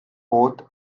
both